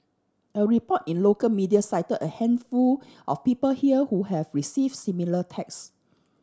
a report in local media cite a handful of people here who have receive similar text